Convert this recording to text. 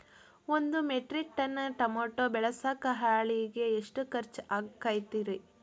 ಒಂದು metric tonne tomato ಬೆಳಸಾಕ್ ಆಳಿಗೆ ಎಷ್ಟು ಖರ್ಚ್ ಆಕ್ಕೇತ್ರಿ?